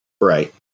Right